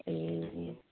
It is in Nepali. ए